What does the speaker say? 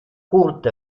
kurt